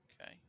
Okay